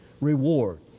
reward